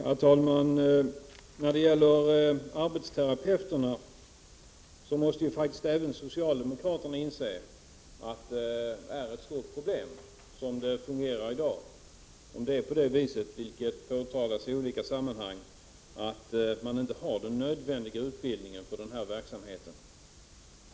Herr talman! Även socialdemokraterna måste inse att dietisternas verksamhet som den fungerar i dag innebär ett stort problem, om det är på det sättet som påtalats i olika sammanhang, nämligen att de inte har den utbildning som är nödvändig för verksamheten.